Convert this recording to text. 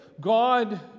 God